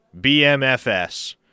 BMFS